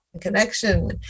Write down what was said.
connection